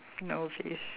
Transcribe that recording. in the office